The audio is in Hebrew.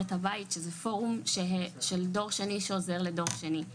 את הבית שזה פורום של דור שני שעוזר לדור שני,